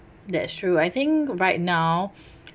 that's true I think right now